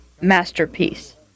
masterpiece